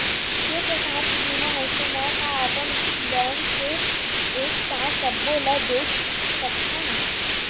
के प्रकार के बीमा होथे मै का अपन बैंक से एक साथ सबो ला देख सकथन?